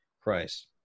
Christ